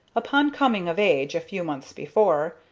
upon coming of age, a few months before,